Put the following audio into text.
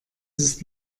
ist